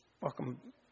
Welcome